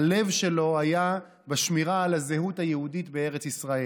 הלב שלו היה בשמירה על הזהות היהודית בארץ ישראל.